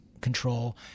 control